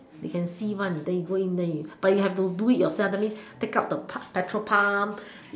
they can see one then you go in then you but you have to do it yourself that means take out the petrol pump